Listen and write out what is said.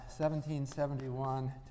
1771